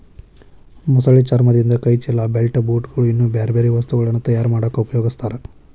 ಮೊಸಳೆ ಚರ್ಮದಿಂದ ಕೈ ಚೇಲ, ಬೆಲ್ಟ್, ಬೂಟ್ ಗಳು, ಇನ್ನೂ ಬ್ಯಾರ್ಬ್ಯಾರೇ ವಸ್ತುಗಳನ್ನ ತಯಾರ್ ಮಾಡಾಕ ಉಪಯೊಗಸ್ತಾರ